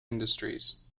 industries